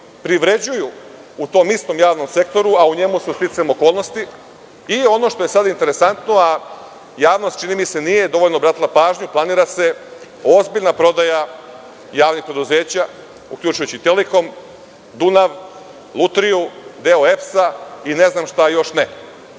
privređuju u tom istom javnom sektoru, a u njemu su sticajem okolnosti. Ono što je sad interesantno, a javnost čini mi se nije dovoljno obratila pažnju, planira se ozbiljna prodaja javnih preduzeća, uključujući i „Telekom“, „Dunav“, „Lutriju“, deo EPS i ne znam šta još ne. Po